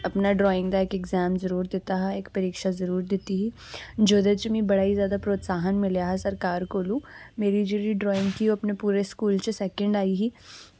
अपना ड्राइंग दा इक एग्जाम जरूर दित्ता हा इक परीक्षा जरूर दित्ती ही जेह्दे च मिगी बड़ा ही जैदा प्रतोसाह्न मिलेआ हा सरकार कोलु मेरी जेह्ड़ी ड्राइंग ही ओह् अपने पूरे स्कूल च सैकेंड आई ही